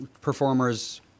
performers